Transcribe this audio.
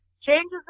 Changes